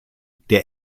der